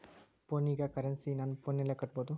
ಫೋನಿನ ಕರೆನ್ಸಿ ನನ್ನ ಫೋನಿನಲ್ಲೇ ಕಟ್ಟಬಹುದು?